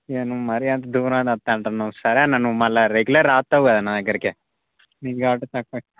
ఇక నువ్వు మరీ అంత దూరం నుండి వస్తా అంటున్నావు సరే అన్న నువ్వు మళ్ళా రెగ్యులర్ రాస్తావు కదా నా దగ్గరకే నీకు కాబట్టి తక్కువ ఇస్